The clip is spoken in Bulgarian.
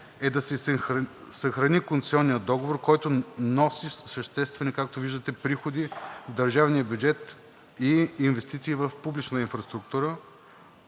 е да се съхрани концесионният договор, който носи съществени, както виждате, приходи в държавния бюджет и инвестиции в публична инфраструктура,